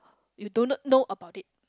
you do not know about it